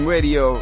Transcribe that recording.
Radio